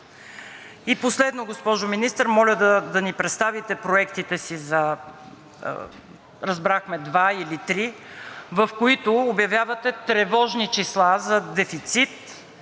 Последно, госпожо Министър, моля да ни представите проектите си – разбрахме два или три, в които обявявате тревожни числа за дефицит,